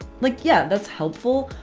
like yeah, that's helpful.